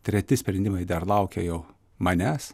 treti sprendimai dar laukia jau manęs